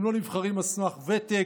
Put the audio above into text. הם לא נבחרים על סמך ותק,